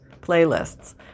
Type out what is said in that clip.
playlists